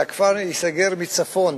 אלא הכפר ייסגר מצפון